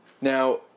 Now